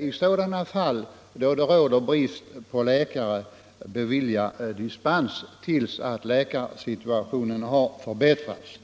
i sådana fall då det råder brist på läkare finnas möjlighet att bevilja dispens tills läkarsituationen har förbättrats.